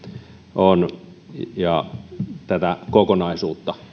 on ja tätä kokonaisuutta